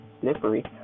slippery